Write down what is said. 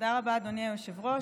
תודה רבה, אדוני היושב-ראש.